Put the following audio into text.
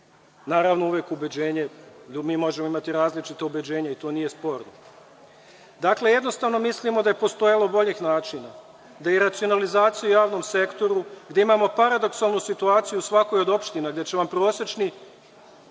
Naravno, mi možemo imati različita ubeđenja i to nije sporno. Dakle, jednostavno mislimo da je postojalo boljeg načina, da i racionalizacija u javnom sektoru, gde imamo paradoksalnu situaciju u svakoj od opština, gde će vam prosečni